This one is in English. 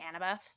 Annabeth